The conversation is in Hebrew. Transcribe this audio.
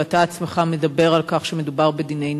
ואתה עצמך מדבר על כך שמדובר בדיני נפשות.